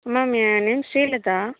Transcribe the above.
ma'am என் name Srilekha